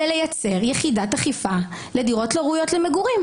לייצר יחידת אכיפה לדירות לא ראויות למגורים.